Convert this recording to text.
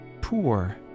poor